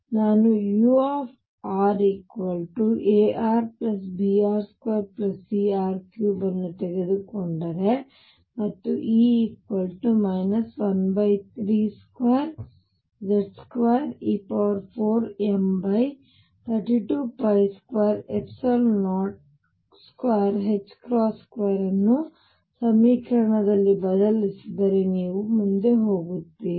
ನಾನು urarbr2cr3 ಅನ್ನು ತೆಗೆದುಕೊಂಡರೆ ಮತ್ತು E 132 ಅನ್ನು ಸಮೀಕರಣದಲ್ಲಿ ಬದಲಿಸಿದರೆ ನೀವು ಮುಂದೆ ಹೋಗುತ್ತೀರಿ